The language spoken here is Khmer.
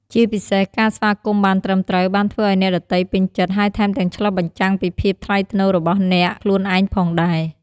ជាពិសេសការស្វាគមន៍បានត្រឹមត្រូវ បានធ្វើឱ្យអ្នកដទៃពេញចិត្ត ហើយថែមទាំងឆ្លុះបញ្ចាំងពីភាពថ្លៃថ្នូររបស់អ្នកខ្លួនឯងផងដែរ។